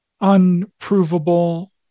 unprovable